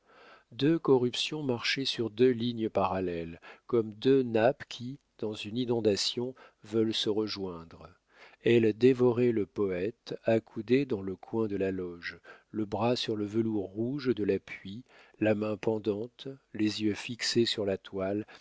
deux corruptions marchaient sur deux lignes parallèles comme deux nappes qui dans une inondation veulent se rejoindre elles dévoraient le poète accoudé dans le coin de la loge le bras sur le velours rouge de l'appui la main pendante les yeux fixés sur la toile